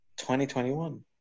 2021